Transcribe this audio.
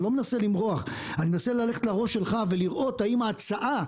אני לא מנסה למרוח אני מנסה ללכת לראש שלך ולראות האם ההצעה,